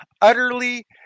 utterly